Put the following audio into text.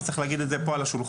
צריך להגיד את זה פה על השולחן,